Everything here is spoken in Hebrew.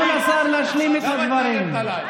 תנו לשר להשלים את הדברים.